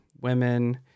women